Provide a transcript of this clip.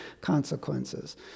consequences